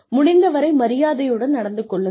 முடிந்தவரை மரியாதையுடன் நடந்து கொள்ளுங்கள்